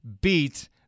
beat